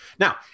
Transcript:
Now